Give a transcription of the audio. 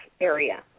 area